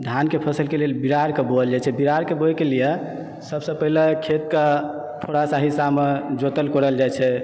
धानके फसलके लेल बिरारके बोअल जाइत छै बिरारके बोअके लिए सभसँ पहिले खेतके थोड़ा सा हिस्सामे जोतल कोड़ल जाइत छै